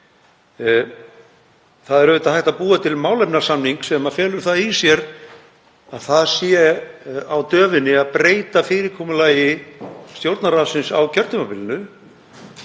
Það er auðvitað hægt að búa til málefnasamning sem felur í sér að á döfinni sé að breyta fyrirkomulagi Stjórnarráðsins á kjörtímabilinu.